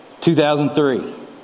2003